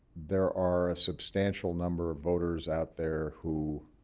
there are a substantial number of voters out there who